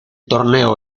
torneo